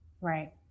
Right